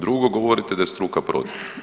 Drugo, govorite da je struka protiv.